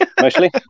mostly